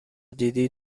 دیدی